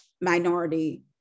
minority